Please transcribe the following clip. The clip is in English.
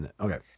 okay